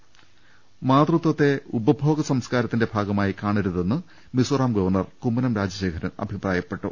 ദർശ്ശേര മാതൃത്വത്തെ ഉപ്ഭോഗ സംസ്കാരത്തിന്റെ ഭാഗമായി കാണരുതെന്ന് മിസോറം ഗവർണർ കുമ്മനം രാജശേഖരൻ അഭിപ്രായപ്പെട്ടു